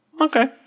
okay